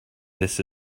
this